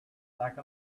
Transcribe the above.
like